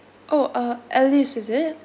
oh uh alice is it